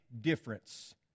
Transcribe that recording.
difference